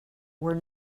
were